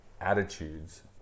attitudes